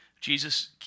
Jesus